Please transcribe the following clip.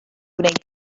gwneud